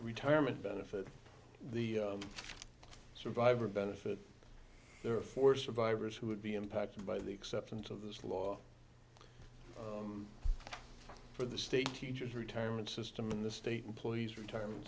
retirement benefit the survivor benefit there are four survivors who would be impacted by the exceptions of this law for the state teachers retirement system in the state employees retirement